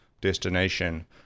destination